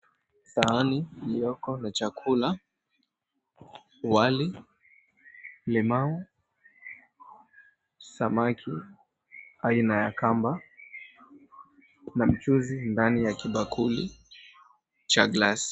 Sahani iliyoko na chakula wali, limau, samaki aina ya kamba na mchuzi ndani ya kibakuli cha glasi.